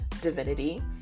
divinity